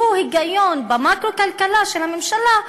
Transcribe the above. שהוא היגיון במקרו-כלכלה של הממשלה,